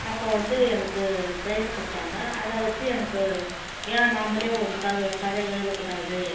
அப்போது வந்து எனக்கு ப்ரைஸ் கொடுத்தாங்க அதை வச்சு எனக்கு ஏன் நாம்பளே ஒரு கவி கதை எழுதக்கூடாது